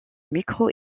micro